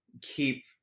keep